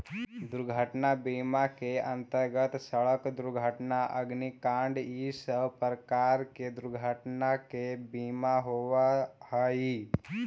दुर्घटना बीमा के अंतर्गत सड़क दुर्घटना अग्निकांड इ सब प्रकार के दुर्घटना के बीमा होवऽ हई